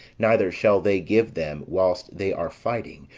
neither shall they give them, whilst they are fighting,